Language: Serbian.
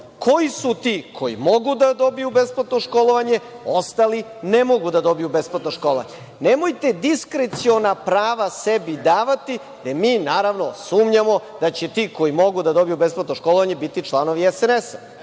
koji su ti koji mogu da dobiju besplatno školovanje, ostali ne mogu da dobiju besplatno školovanje. Nemojte diskreciona prava sebi davati, jer mi, naravno, sumnjamo da će ti koji mogu da dobiju besplatno školovanje biti članovi SNS.